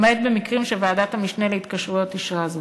למעט במקרים שוועדת המשנה להתקשרויות אישרה זאת.